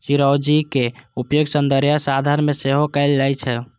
चिरौंजीक उपयोग सौंदर्य प्रसाधन मे सेहो कैल जाइ छै